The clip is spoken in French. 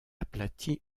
aplati